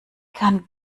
kann